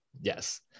yes